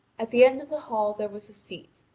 at the end of the hall there was a seat,